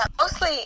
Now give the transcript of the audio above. mostly